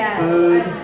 food